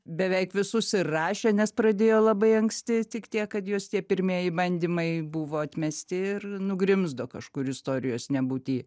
beveik visus ir rašė nes pradėjo labai anksti tik tiek kad jos tie pirmieji bandymai buvo atmesti ir nugrimzdo kažkur istorijos nebūty